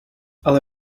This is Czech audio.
ale